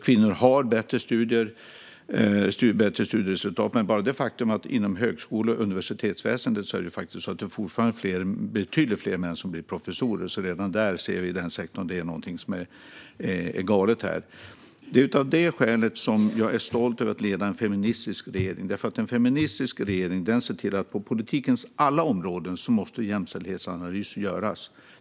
Kvinnor har bättre studieresultat, men inom högskole och universitetsväsendet är det fortfarande betydligt fler män som blir professorer. Redan där, i den sektorn, ser vi att någonting är galet. Det är av det skälet jag är stolt över att leda en feministisk regering. En feministisk regering säger att jämställdhetsanalys måste göras på politikens alla områden.